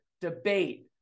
debate